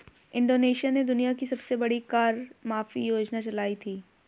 Indonesia ने दुनिया की सबसे बड़ी कर माफी योजना चलाई थी